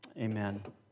amen